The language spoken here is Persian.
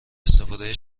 استفاده